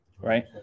right